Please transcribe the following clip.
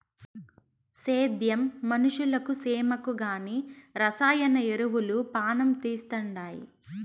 సేద్యం మనుషులకు సేమకు కానీ రసాయన ఎరువులు పానం తీస్తండాయి